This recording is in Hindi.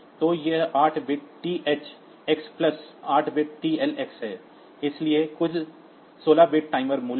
तो यह 8 bit thx plus 8 bit TLx है इसलिए कुल 16 बिट टाइमर मूल्य है